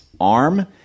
arm